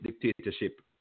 dictatorship